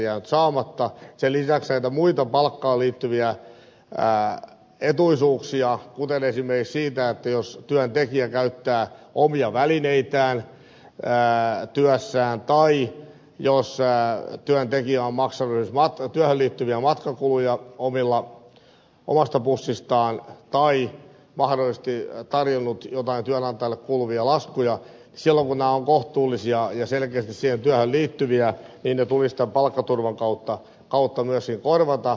sen lisäksi näitä muita palkkaan liittyviä etuisuuksia kuten esimerkiksi sitä jos työntekijä käyttää omia välineitään työssään tai jos työntekijä on maksanut työhön liittyviä matkakuluja omasta pussistaan tai mahdollisesti tarjonnut joitain työnantajalle kuuluvia laskuja tulisi tämän palkkaturvan kautta myöskin korvata silloin kun nämä ovat kohtuullisia ja selkeästi siihen työhön liittyviä